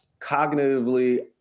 cognitively